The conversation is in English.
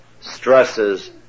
stresses